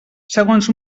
segons